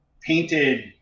painted